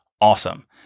awesome